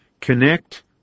connect